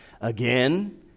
again